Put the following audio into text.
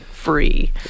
free